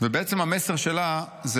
ובעצם המסר שלה הוא: